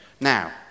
now